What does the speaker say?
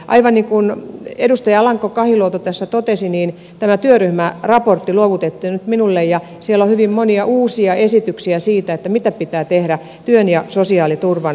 aivan niin kuin edustaja alanko kahiluoto tässä totesi tämä työryhmän raportti luovutettiin nyt minulle ja siellä on hyvin monia uusia esityksiä siitä mitä pitää tehdä työn ja sosiaaliturvan yhteensovittamiseksi